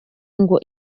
ngo